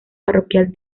parroquial